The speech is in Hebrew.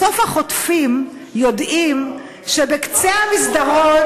בסוף החוטפים יודעים שבקצה המסדרון